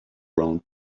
round